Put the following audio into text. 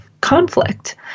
conflict